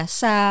sa